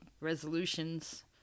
resolutions